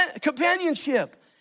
companionship